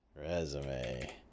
Resume